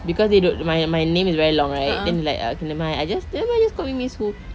because they don't my my name is very long right then like uh okay never mind uh just okay just call me miss hu